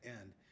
end